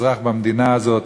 כל אזרח במדינה הזאת,